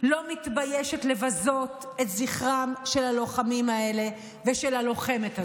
לא מתביישת לבזות את זכרם של הלוחמים האלה ושל הלוחמת הזאת,